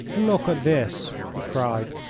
look at this! he cried,